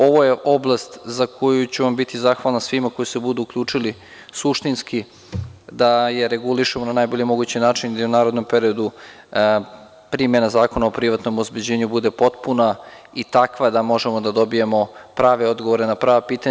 Ovo je oblast za koju ću vam biti zahvalan svima koji se budu uključili suštinski da je regulišemo na najbolji mogući način i da u narednom periodu primena Zakona o privatnom obezbeđenju bude potpuna i takva da možemo da dobijemo prave odgovore na prava pitanja.